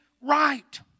right